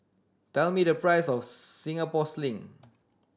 tell me the price of Singapore Sling